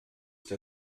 der